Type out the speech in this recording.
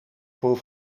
voor